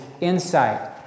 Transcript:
insight